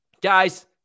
Guys